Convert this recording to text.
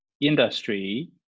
industry